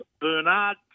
Bernard